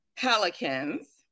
pelicans